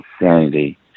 insanity